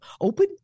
open